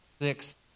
six